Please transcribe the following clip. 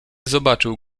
zobaczył